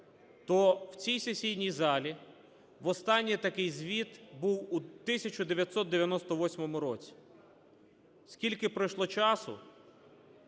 то в цій сесійній залі востаннє такий звіт був у 1998 році. Скільки пройшло часу?